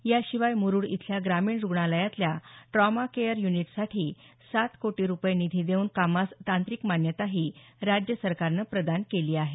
याशिवाय मुरुड इथल्या ग्रामीण रुग्णालयातल्या ट्रॉमा केअर युनिटसाठी सात कोटी रुपये निधी देऊन कामास तांत्रिक मान्यताही राज्य सरकारनं प्रदान केली आहे